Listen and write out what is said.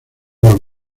los